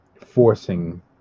forcing